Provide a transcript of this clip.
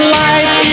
life